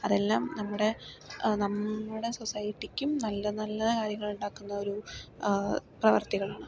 അതെല്ലാം നമ്മുടെ നമ്മുടെ സൊസൈറ്റിക്കും നല്ല നല്ല കാര്യങ്ങൾ ഉണ്ടാക്കുന്നൊരു പ്രവർത്തികളാണ്